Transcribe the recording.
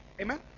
Amen